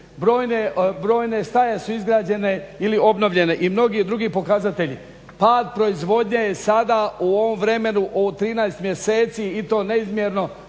brojne staje su izgrađene ili obnovljene i mnogi drugi pokazatelji. Pad proizvodnje je sada u ovom vremenu od 13 mjeseci i to neizmjerno,